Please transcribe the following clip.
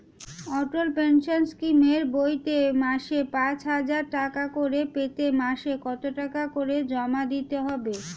অটল pension স্কিমের বইতে মাসে পাঁচ হাজার টাকা করে পেতে মাসে কত টাকা করে জমা দিতে হবে?